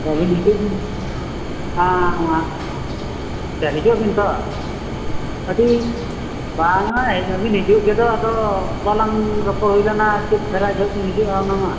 ᱟᱹᱵᱤᱱ ᱱᱤᱛᱚᱜ ᱵᱤᱱ ᱦᱮᱸ ᱦᱮᱸ ᱟᱪᱪᱷᱟ ᱦᱤᱡᱩᱜ ᱟᱹᱵᱤᱱ ᱛᱚ ᱟᱹᱰᱤ ᱵᱟᱝ ᱟ ᱦᱮᱡ ᱢᱟᱵᱤᱱ ᱦᱤᱡᱩᱜ ᱜᱮᱫᱚ ᱟᱫᱚ ᱵᱟᱞᱟᱝ ᱨᱚᱯᱚᱲ ᱦᱩᱭ ᱞᱮᱱᱟ ᱪᱮᱫ ᱫᱷᱟᱨᱟ ᱧᱚᱜ ᱵᱤᱱ ᱦᱤᱡᱩᱜᱼᱟ ᱚᱱᱟ ᱢᱟ